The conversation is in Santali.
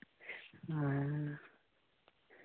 ᱦᱮᱸ